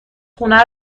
خونه